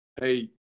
hey